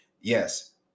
yes